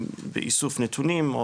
האם באיסוף נתונים,